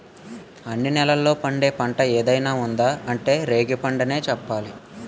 అన్ని నేలల్లో పండే పంట ఏదైనా ఉందా అంటే రేగిపండనే చెప్పాలి